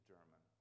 German